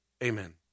Amen